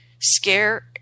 scare